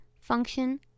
function